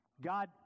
God